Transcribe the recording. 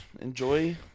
enjoy